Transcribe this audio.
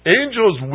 angels